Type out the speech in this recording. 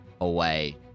away